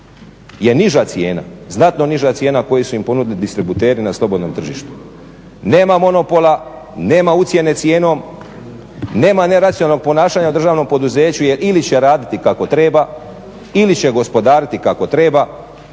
je niža cijena, znatno niža cijena koju su im ponudili distributeri na slobodnom tržištu. Nema monopola, nema ucjene cijenom, nema neracionalnog ponašanja državnom poduzeću. Jer ili će raditi kako treba, ili će gospodariti kako treba